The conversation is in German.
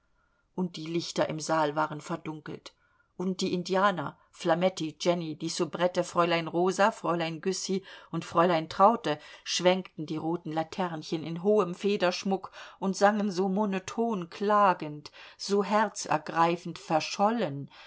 und die lichter im saal waren verdunkelt und die indianer flametti jenny die soubrette fräulein rosa fräulein güssy und fräulein traute schwenkten die roten laternchen in hohem federschmuck und sangen so monoton klagend so herzergreifend verschollen